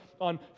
on